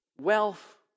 wealth